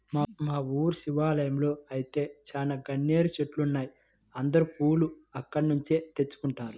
మా ఊరి శివాలయంలో ఐతే చాలా గన్నేరు చెట్లున్నాయ్, అందరూ పూలు అక్కడ్నుంచే తెచ్చుకుంటారు